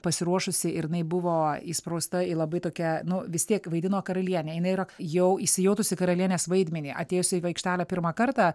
pasiruošusi ir jinai buvo įsprausta į labai tokią nu vis tiek vaidino karalienę jinai yra jau įsijautusi į karalienės vaidmenį atėjusi į aikštelę pirmą kartą